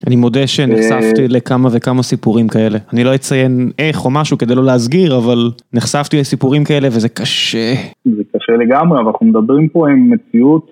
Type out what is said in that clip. אני מודה שנחשפתי לכמה וכמה סיפורים כאלה. אני לא אציין איך או משהו כדי לו להסגיר, אבל נחשפתי לסיפורים כאלה וזה קשה. זה קשה לגמרי, אבל אנחנו מדברים פה עם מציאות.